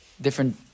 Different